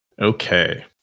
Okay